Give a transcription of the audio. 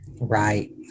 Right